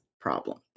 problem